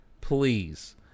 Please